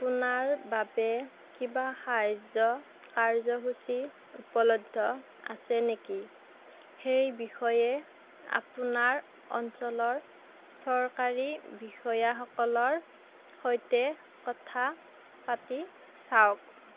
আপোনাৰ বাবে কিবা সাহাৰ্য্য কাৰ্য্যসূচী উপলব্ধ আছে নেকি সেই বিষয়ে আপোনাৰ অঞ্চলৰ চৰকাৰী বিষয়াসকলৰ সৈতে কথা পাতি চাওক